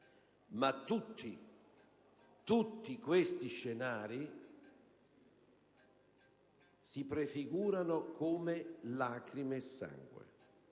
ma tutti questi scenari si prefigurano come «lacrime e sangue».